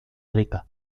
rica